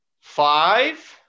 Five